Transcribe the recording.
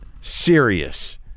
serious